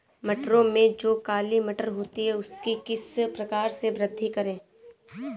मटरों में जो काली मटर होती है उसकी किस प्रकार से वृद्धि करें?